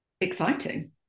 exciting